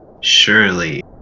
Surely